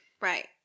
Right